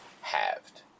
halved